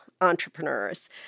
entrepreneurs